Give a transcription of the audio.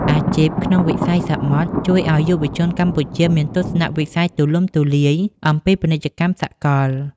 អាជីពក្នុងវិស័យសមុទ្រជួយឱ្យយុវជនកម្ពុជាមានទស្សនវិស័យទូលំទូលាយអំពីពាណិជ្ជកម្មសកល។